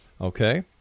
okay